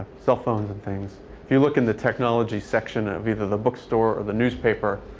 cellphones and things if you look in the technology section of either the bookstore or the newspaper,